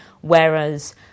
whereas